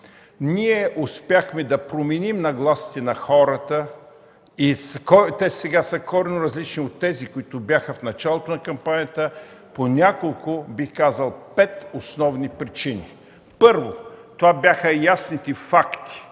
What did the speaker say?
успяхме да променим нагласата на хората и сега тя е коренно различна от тази, която беше в началото на кампанията по няколко, бих казал, пет основни причини. Първо, това бяха ясните факти,